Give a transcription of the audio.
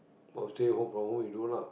oh stay home from home you do lah